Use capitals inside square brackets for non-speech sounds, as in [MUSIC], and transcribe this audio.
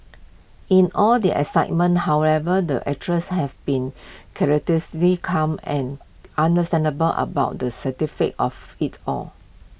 in all the excitement however the actress has been [UNINTELLIGIBLE] calm and understandable about the [UNINTELLIGIBLE] of IT all